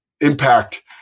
impact